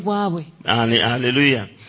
Hallelujah